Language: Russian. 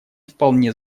вполне